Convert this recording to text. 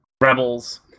Rebels